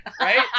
Right